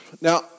Now